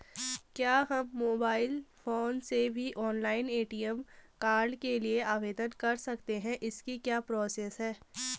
क्या हम mobile phone से भी ऑनलाइन ए.टी.एम कार्ड के लिए आवेदन कर सकते हैं इसकी क्या प्रोसेस है?